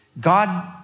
God